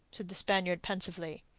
said the spaniard pensively.